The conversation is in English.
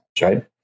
right